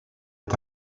est